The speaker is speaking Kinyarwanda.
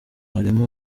harimo